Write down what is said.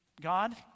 God